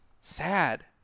sad